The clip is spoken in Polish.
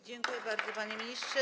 Dziękuję bardzo, panie ministrze.